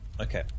Okay